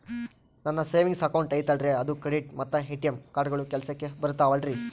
ನನ್ನ savings account ಐತಲ್ರೇ ಅದು ಕ್ರೆಡಿಟ್ ಮತ್ತ ಎ.ಟಿ.ಎಂ ಕಾರ್ಡುಗಳು ಕೆಲಸಕ್ಕೆ ಬರುತ್ತಾವಲ್ರಿ?